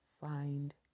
Find